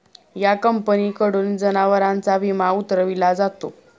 या कंपनीकडून जनावरांचा विमा उतरविला जातो